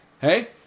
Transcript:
Hey